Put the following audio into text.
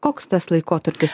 koks tas laikotarpis